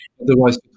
Otherwise